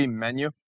menu